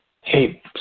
hey